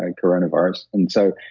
and coronavirus. and so,